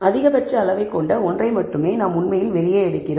அதிகபட்ச அளவைக் கொண்ட ஒன்றை மட்டுமே நாம் உண்மையில் வெளியே எடுக்கிறோம்